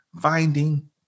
finding